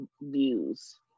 views